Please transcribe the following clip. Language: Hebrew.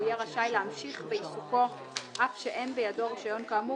והוא יהיה רשאי להמשיך בעיסוקו אף שאין בידו רישיון כאמור,